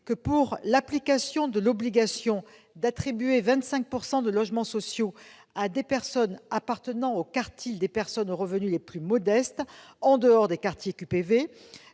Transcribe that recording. que, pour l'application de l'obligation d'attribuer 25 % de logements sociaux à des personnes appartenant au quartile des personnes aux revenus les plus modestes, en dehors des quartiers